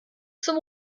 zum